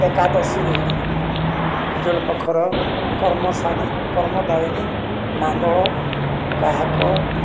ଏକାଦଶୀରେ ଉଜ୍ୱଳ ପ୍ରଖର କର୍ମସାନୀ କର୍ମଦାୟିନୀ ମାନ୍ଦଳ ଗାହକ